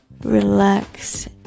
relax